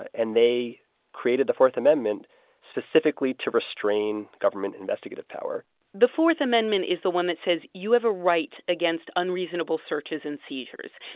and they created the fourth amendment specifically to restrain government investigative power the fourth amendment is the one that says you have a right against unreasonable searches and seizures.